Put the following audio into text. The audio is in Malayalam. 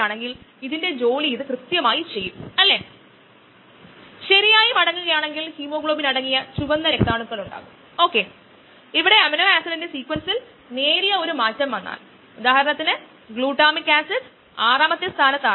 എൻസൈം അസ്ഥിരീകരണത്തിന്റെ വ്യാവസായിക തോതിലുള്ള ഉപയോഗത്തിന്റെ ചില ഉദാഹരണങ്ങൾ ഫാർമ വ്യവസായത്തിൽ പെൻസിലിൻ അസൈലേസ് അസ്ഥിരമാക്കിയിരിക്കുന്നു പെൻസിലിൻ G യിൽ നിന്നുള്ള 6 APA ഉൽപാദനത്തിനായി അസ്ഥിരമാക്കിയ എൻസൈം ഉപയോഗിച്ചു